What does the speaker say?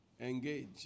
Engage